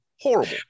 horrible